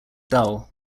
dull